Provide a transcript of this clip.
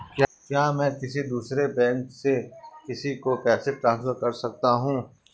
क्या मैं किसी दूसरे बैंक से किसी को पैसे ट्रांसफर कर सकता हूं?